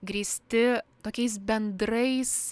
grįsti tokiais bendrais